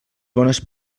bones